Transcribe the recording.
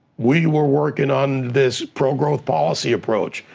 we were working on this pro-growth policy approach.